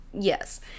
yes